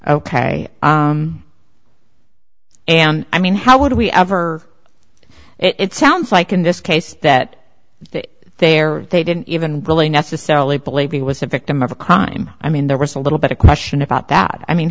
ok i mean how would we ever it sounds like in this case that they are they didn't even really necessarily believe he was a victim of a crime i mean there was a little bit of question about that i mean